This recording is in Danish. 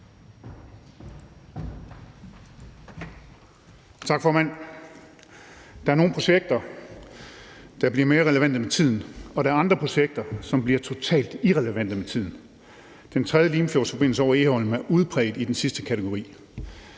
Tak, formand. Der er nogle projekter, der bliver mere relevante med tiden, og der er andre projekter, som bliver totalt irrelevante med tiden. Den 3. Limfjordsforbindelse over Egholm er i udpræget grad i den sidste kategori.